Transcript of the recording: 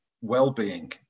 well-being